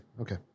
Okay